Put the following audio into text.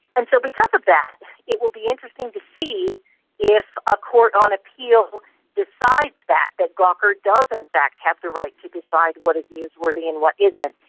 and so because of that it will be interesting to see if a court on appeal decides that, that gawker does in fact have the right to decide what is newsworthy and what isn't.